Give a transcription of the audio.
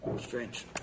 strange